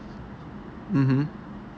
mmhmm